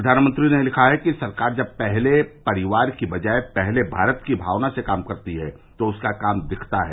प्रधानमंत्री ने लिखा है कि सरकार जब पहले परिवार की बजाय पहले भारत की भावना से काम करती है तो उसका काम दिखता है